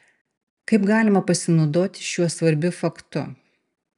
kaip galima pasinaudoti šiuo svarbiu faktu